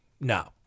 no